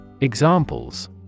Examples